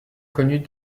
connue